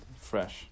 Fresh